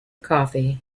coffee